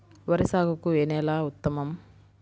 వరి సాగుకు ఏ నేల ఉత్తమం?